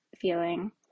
feeling